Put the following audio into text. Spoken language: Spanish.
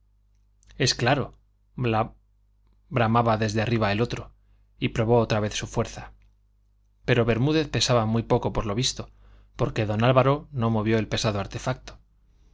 puede desenganchar es claro bramaba desde arriba el otro y probó otra vez su fuerza pero bermúdez pesaba muy poco por lo visto porque don álvaro no movió el pesado artefacto